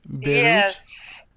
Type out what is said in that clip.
Yes